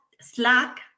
Slack